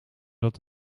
dat